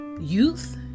youth